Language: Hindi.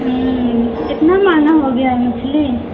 इतना महंगा हो गया है मछली